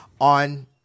on